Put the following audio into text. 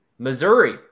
Missouri